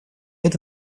это